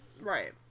Right